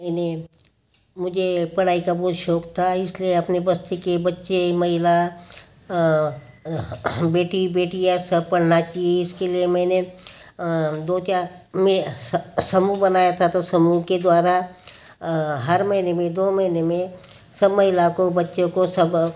मैंने मुझे पड़ाई का बहुत शोक़ था इस लिए अपने बस्ती के बच्चे महिला बेटी बेटियाँ सब पढ़ना चाहिए इसके लिए मैंने दो चार में समूह बनाया था तो समूह के द्वारा हर महीने में दो महीने में सब महिला को बच्चों को सब